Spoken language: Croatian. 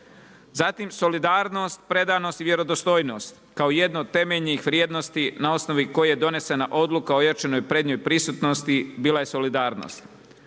Zatim solidarnost, predanost i vjerodostojnost kao jedno od temeljnih vrijednosti na osnovi koje je donesena Odluka o ojačanoj prednjoj prisutnosti bila je solidarnost.